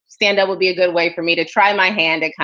standup would be a good way for me to try my hand and,